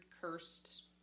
cursed